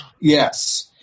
Yes